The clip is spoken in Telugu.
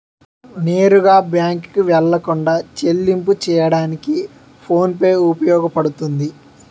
నేరుగా బ్యాంకుకు వెళ్లకుండా చెల్లింపు చెయ్యడానికి ఫోన్ పే ఉపయోగపడుతుంది